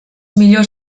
millors